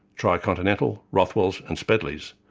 tricontinental, rothwell's and spedley's,